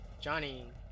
Johnny